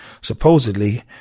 Supposedly